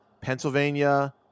Pennsylvania